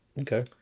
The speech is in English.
Okay